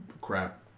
crap